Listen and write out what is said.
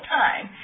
time